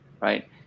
Right